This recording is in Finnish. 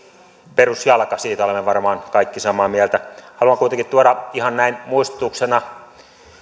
perusjalka siitä olemme varmaan kaikki samaa mieltä haluan kuitenkin tuoda ihan näin muistutuksena